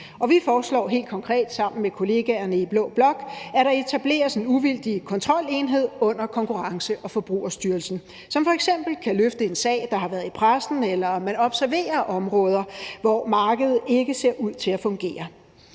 konkret sammen med kollegaerne i blå blok, at der etableres en uvildig kontrolenhed under Konkurrence- og Forbrugerstyrelsen, som f.eks. kan løfte en sag, der har været i pressen, eller observere områder, hvor markedet ikke ser ud til at fungere.